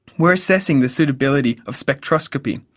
we're assessing the suitability of spectroscopy,